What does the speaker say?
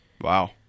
Wow